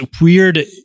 weird